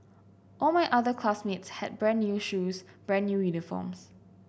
all my other classmates had brand new shoes brand new uniforms